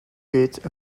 pit